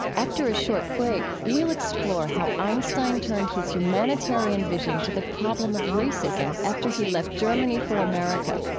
after a short break, we'll explore how einstein turned his humanitarian vision to the problem of racism after he left germany for america.